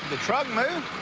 the truck move?